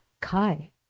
Kai